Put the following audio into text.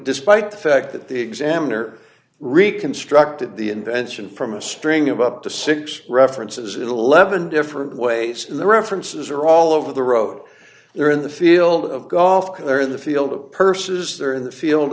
despite the fact that the examiner reconstructed the invention from a string of up to six references in eleven different ways in the references are all over the road there in the field of golf they're in the field